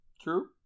True